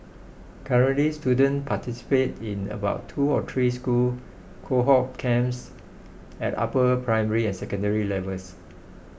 currently students participate in about two or three school cohort camps at upper primary and secondary levels